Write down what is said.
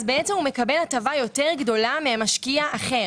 הוא מקבל הטבה יותר גדולה ממשקיע אחר.